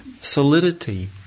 Solidity